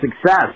success